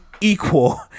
equal